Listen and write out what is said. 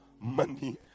money